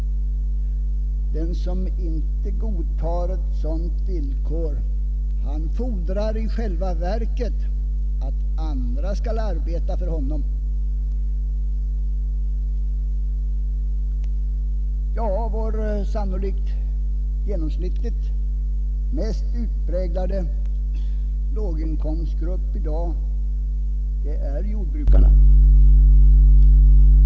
Den som inte godtar ett sådant villkor, fordrar i själva verket att andra skall arbeta för honom. Vår sannolikt genomsnittligt mest utpräglade låginkomstgrupp i dag är jordbrukarna.